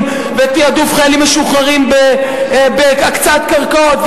ותעדוף חיילים משוחררים בהקצאת קרקעות,